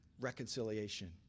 reconciliation